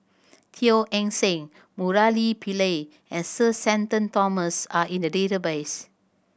Teo Eng Seng Murali Pillai and Sir Shenton Thomas are in the database